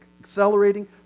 accelerating